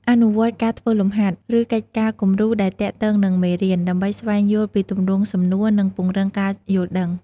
អនុវត្តការធ្វើលំហាត់ ឬកិច្ចការគំរូដែលទាក់ទងនឹងមេរៀន ដើម្បីស្វែងយល់ពីទម្រង់សំណួរ និងពង្រឹងការយល់ដឹង។